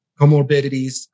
Comorbidities